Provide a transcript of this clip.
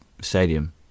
Stadium